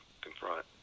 confront